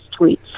tweets